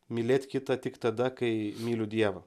mylėt kitą tik tada kai myliu dievą